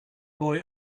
boy